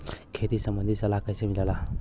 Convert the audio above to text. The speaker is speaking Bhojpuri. खेती संबंधित सलाह कैसे मिलेला?